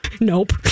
nope